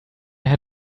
had